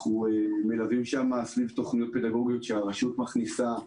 אנחנו מלווים שם סביב תוכניות פדגוגיות שהרשות מכניסה,